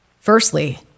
Firstly